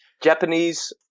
Japanese